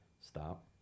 stop